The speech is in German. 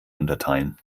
unterteilen